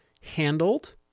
handled